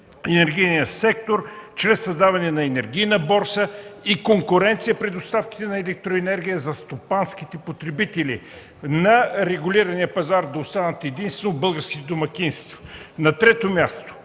енергийния сектор чрез създаване на енергийна борса и конкуренция при доставките на електроенергия за стопанските потребители. На регулирания пазар да останат единствено българските домакинства. На трето място,